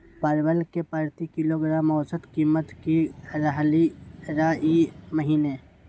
परवल के प्रति किलोग्राम औसत कीमत की रहलई र ई महीने?